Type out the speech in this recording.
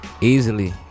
Easily